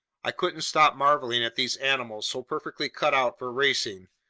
i couldn't stop marveling at these animals so perfectly cut out for racing,